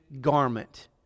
garment